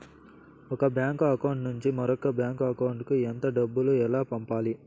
ఒక bank account నుంచి మరొక బ్యాంకు అకౌంట్ కు ఎంత డబ్బు ఎలా పంపాలి